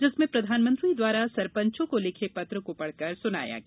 जिसमें प्रधानमंत्री द्वारा सरपंचों को लिखे पत्र को पढ़कर सुनाया गया